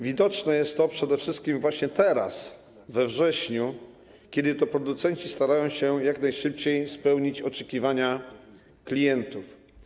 Widoczne jest to przede wszystkim właśnie teraz, we wrześniu, kiedy to producenci starają się jak najszybciej spełnić oczekiwania klientów.